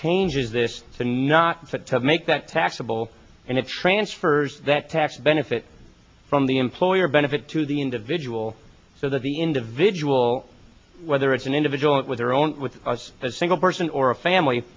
strange is this to not fit to make that taxable and it transfers that tax benefit from the employer benefit to the individual so that the individual whether it's an individual it with their own with us as a single person or a family